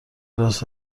کلاس